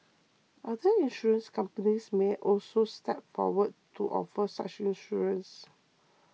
other insurance companies may also step forward to offer such insurance